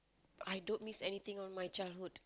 I don't miss anything on my childhood